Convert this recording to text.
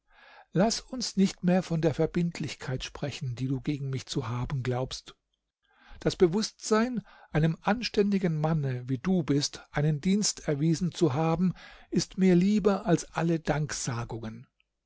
laß uns nicht mehr von der verbindlichkeit sprechen die du gegen mich zu haben glaubst das bewußtsein einem anständigen manne wie du bist einen dienst erwiesen zu haben ist mir lieber als alle danksagungen